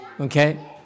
Okay